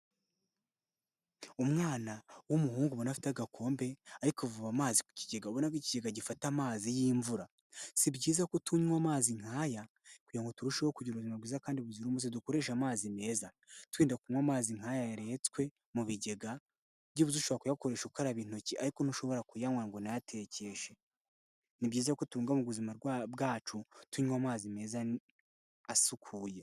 Umwana w'umuhungu ubona afite agakombe, ari kuvoma amazi ku kigega. Urabona ko iki kigega gifata amazi y'imvura. Si byiza ko tunywa amazi nk'aya, kugira ngo turusheho kugira ubuzima bwiza kandi buzira umuze, dukoreshe amazi meza. Twirindanda kunywa amazi nk'aya yaretswe mu bigega, byibuze ushobora kuyakoresha ukaraba intoki ariko ntushobora kuyanywa ngo unayatekeshe. Ni byiza ko tubungabunga u buzima bwacu, tunywa amazi meza asukuye.